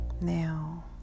now